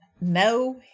No